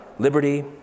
liberty